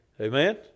Amen